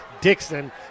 Dixon